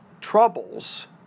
troubles